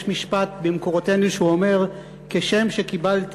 יש משפט במקורותינו שאומר: כשם שקיבלתי